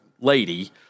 lady